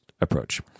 approach